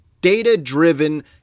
data-driven